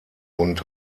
und